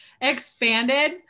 expanded